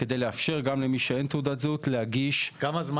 כדי לאפשר גם למי שאין לו תעודת זהות להגיש מסמכים